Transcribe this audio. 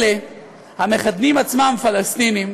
אלה המכנים עצמם פלסטינים